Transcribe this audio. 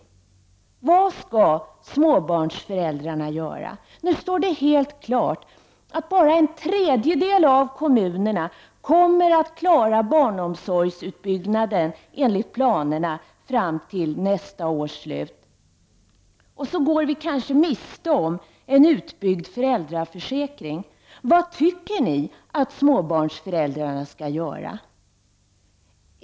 Vad skall småbarnsföräldrarna göra? Nu står det helt klart att bara en tredjedel av kommunerna kommer att klara barnomsorgsutbyggnaden enligt planerna fram till nästa års slut. Så går vi kanske miste om en utbyggnad av föräldraförsäkringen. Vad tycker ni att småbarnsföräldrarna skall göra?